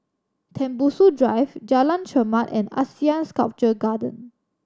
Tembusu Drive Jalan Chermat and ASEAN Sculpture Garden